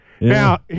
Now